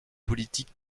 politique